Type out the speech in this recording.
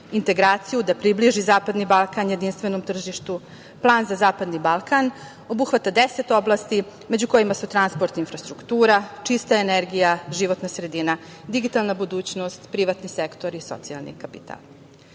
integraciju, da približi Zapadni Balkan jedinstvenom tržištu. Plan za Zapadni Balkan obuhvata 10 oblasti, među kojima su: transport, infrastruktura, čista energija, životna sredina, digitalna budućnost, privatni sektor i socijalni kapital.U